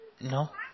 No